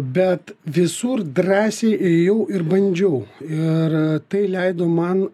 bet visur drąsiai ėjau ir bandžiau ir tai leido man